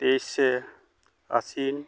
ᱛᱮᱭᱤᱥᱮ ᱟᱥᱤᱱ